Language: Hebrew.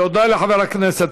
תודה לחבר הכנסת